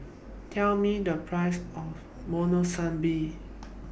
Tell Me The Price of Monsunabe